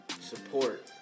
support